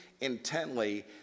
intently